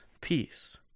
peace